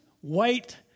white